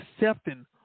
accepting